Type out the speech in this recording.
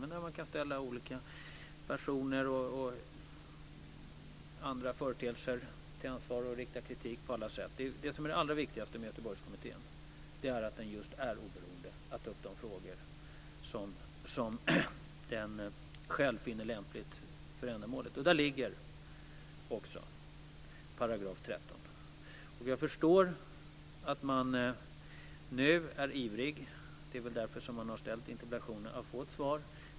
Men man kan ställa olika personer och företeelser till ansvar och rikta kritik på alla sätt. Det allra viktigaste med Göteborgskommittén är att den är just oberoende när det gäller att ta upp de frågor som kommittén själv finner lämpliga för ändamålet. Där ligger också § 13. Jag förstår att man är ivrig nu att få ett svar - det är väl därför som man har ställt interpellationen.